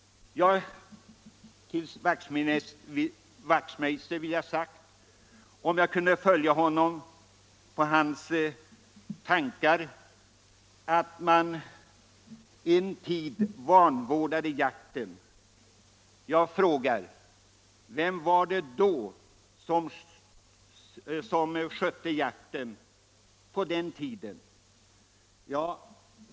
Jag vore glad om jag kunde följa herr Wachtmeisters i Johannishus tankar när han säger att man en tid vanvårdade jakten. Jag frågar vem det var som skötte jakten på den tiden.